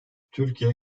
türkiye